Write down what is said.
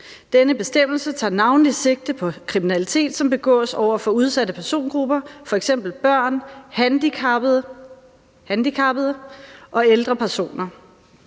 Denne bestemmelse tager navnlig sigte på kriminalitet, som begås over for udsatte persongrupper, f.eks. børn, handicappede – handicappede